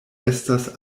estas